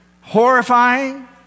horrifying